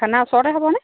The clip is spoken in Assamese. খানা ওচৰতে হ'বনে